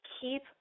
keep